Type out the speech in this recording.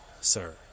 Sir